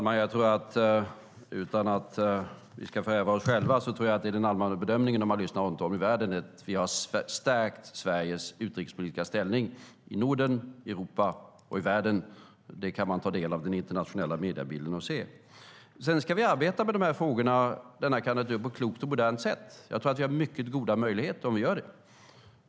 Herr talman! Utan att förhäva oss själva tror jag att den allmänna bedömningen, om man lyssnar runt om i världen, är att vi har stärkt Sveriges utrikespolitiska ställning i Norden, Europa och världen. Det kan man ta del av den internationella mediebilden och se. Sedan ska vi arbeta med frågorna på ett klokt och modernt sätt. Jag tror att vi har mycket goda möjligheter om vi gör det.